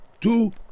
Two